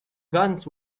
guns